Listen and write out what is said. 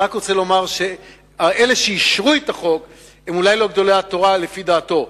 אני רק רוצה לומר שאלה שאישרו את החוק הם אולי לא גדולי התורה לפי דעתו,